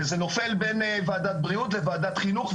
וזה נופל בין ועדת הבריאות לוועדת החינוך,